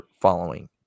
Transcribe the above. following